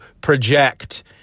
project